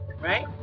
right